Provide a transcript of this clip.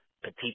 petite